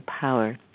power